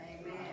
Amen